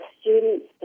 students